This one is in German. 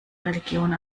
religion